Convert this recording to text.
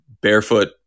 barefoot